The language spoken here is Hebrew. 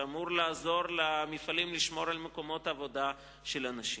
שאמורה לעזור למפעלים לשמור על מקומות עבודה של אנשים.